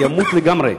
זה ימות לגמרי.